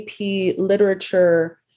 literature